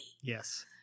yes